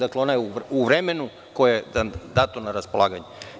Dakle, ona je u vremenu koje je dato na raspolaganje.